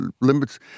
limits